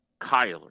Kyler